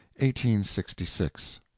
1866